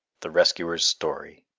the rescuers' story